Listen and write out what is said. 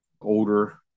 older